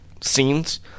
scenes